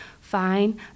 fine